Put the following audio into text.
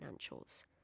financials